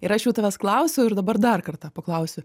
ir aš jau tavęs klausiau ir dabar dar kartą paklausiu